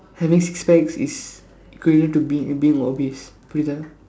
having six packs is equivalent to being being obese புரியுதா:puriyuthaa